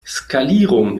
skalierung